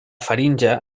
faringe